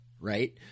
right